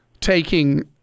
taking